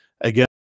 Again